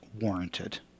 warranted